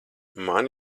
man